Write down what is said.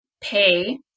pay